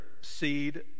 seed